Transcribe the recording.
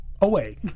Away